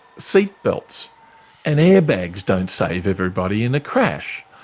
seatbelts and airbags don't save everybody in a crash.